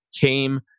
came